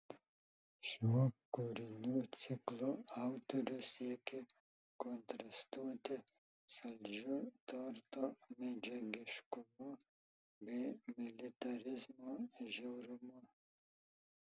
šiuo kūrinių ciklu autorius siekė kontrastuoti saldžiu torto medžiagiškumu bei militarizmo žiaurumu